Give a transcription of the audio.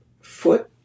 foot